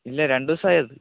ഇല്ല രണ്ട് ദിവസമായി അത്